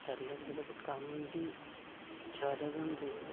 करी लैंदी ते फ्ही कम्म बी ज्यादा गै होंदे